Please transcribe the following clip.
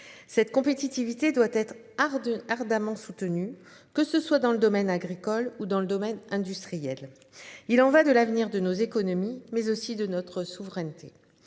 Cette compétitivité doit être ardue ardemment soutenu que ce soit dans le domaine agricole ou dans le domaine industriel. Il en va de l'avenir de nos économies, mais aussi de notre souveraineté.